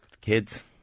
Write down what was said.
kids